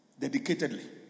dedicatedly